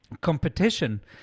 competition